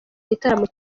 gitaramo